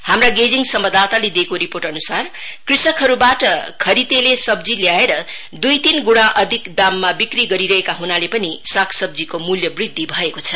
हाम्रा गेजिङ संवाददाताले दिएको रिपोर्ट अनुसार क्रेषकहरूबाट खरिदेले सब्जी ल्याएर दुई तीन गुणा अधिक दाममा बिक्री गरिरहेका हुनाले पनि सागसब्जीको मूल्यवृद्धि भएको छ